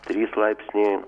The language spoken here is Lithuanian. trys laipsniai